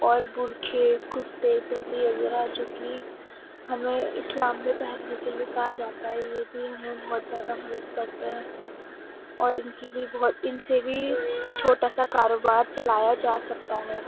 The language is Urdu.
اور برقع کرتے ٹوپی وغیرہ جو کہ ہمیں اسلام میں پہننے کے لیے کہا جاتا ہے یہ بھی ہمیں بہت زیادہ مدد کرتا ہے اور ان کی بھی بہت ان سے بھی چھوٹا سا کاروبار چلایا جا سکتا ہے